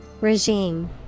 Regime